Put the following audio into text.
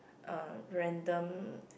uh random